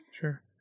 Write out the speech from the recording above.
Sure